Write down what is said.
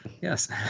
Yes